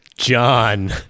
John